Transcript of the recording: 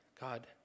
God